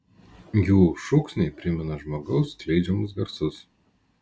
jų šūksniai primena žmogaus skleidžiamus garsus